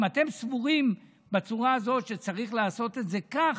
אם אתם סבורים, בצורה הזאת, שצריך לעשות את זה כך,